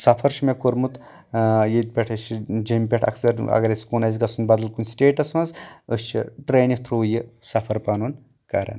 سفر چھُ مےٚ کورمُت ییٚتہِ پٮ۪ٹھ أسۍ چھ جیمۍ پٮ۪ٹھ اَکثر اَگر اَسہِ کُن آسہِ گژھُن بدل کُن سِٹیٚٹس منٛز أسۍ چھِ ٹرینہِ تھروٗ یہِ سَفر پنُن کران